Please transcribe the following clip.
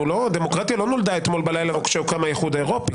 הדמוקרטיה לא נולדה אתמול בלילה או כשהוקם האיחוד האירופי.